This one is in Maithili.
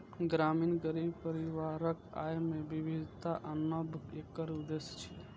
ग्रामीण गरीब परिवारक आय मे विविधता आनब एकर उद्देश्य छियै